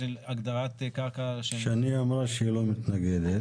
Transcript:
הגדרת קרקע --- שני אמרה שהיא לא מתנגדת.